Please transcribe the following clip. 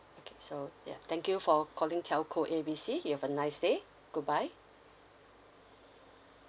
K so ya thank you for calling telco A B C you have a nice day goodbye